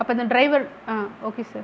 அப்போ அந்த டிரைவர் ஆ ஓகே சார்